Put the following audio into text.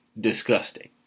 disgusting